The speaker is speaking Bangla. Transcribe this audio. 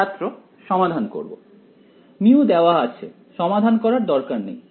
ছাত্র সমাধান করব μ দেওয়া আছে সমাধান করার দরকার নেই